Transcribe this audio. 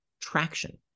traction